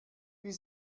wie